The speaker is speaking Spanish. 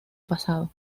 pasado